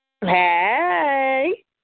Hey